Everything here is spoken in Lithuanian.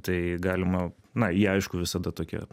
tai galima na jie aišku visada tokie